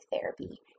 therapy